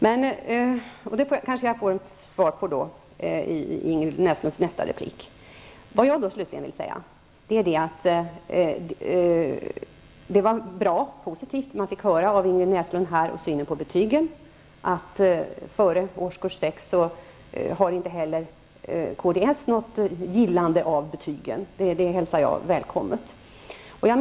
Jag kanske får ett svar i Ingrid Det var positivt att höra Ingrid Näslunds synpunkter på betygen, att inte heller kds förespråkar betyg före årskurs sex. Det välkomnar jag.